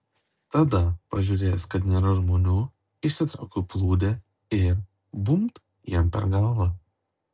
tada pažiūrėjęs kad nėra žmonių išsitraukiau plūdę ir bumbt jam per galvą